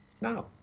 No